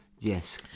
yes